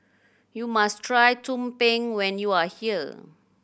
you must try tumpeng when you are here